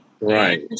Right